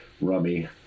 rummy